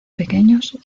pequeños